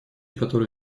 которые